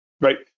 right